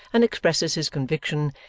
and expresses his conviction,